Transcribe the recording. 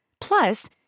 Plus